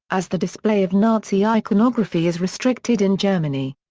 as the display of nazi iconography is restricted in germany.